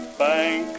bank